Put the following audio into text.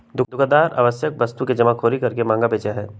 दुकानदार आवश्यक वस्तु के जमाखोरी करके महंगा बेचा हई